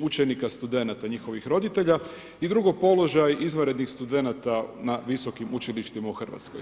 učenika, studenata i njihovih roditelja i drugo, položaj izvanrednih studenata na visokim učilištima u Hrvatskoj.